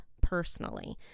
personally